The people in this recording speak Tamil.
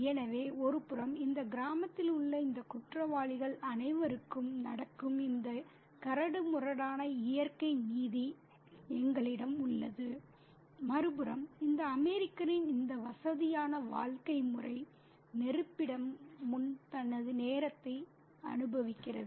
எனவே ஒருபுறம் இந்த கிராமத்தில் உள்ள இந்த குற்றவாளிகள் அனைவருக்கும் நடக்கும் இந்த கரடுமுரடான இயற்கை நீதி எங்களிடம் உள்ளது மறுபுறம் இந்த அமெரிக்கரின் இந்த வசதியான வாழ்க்கை முறை நெருப்பிடம் முன் தனது நேரத்தை அனுபவிக்கிறது